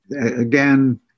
Again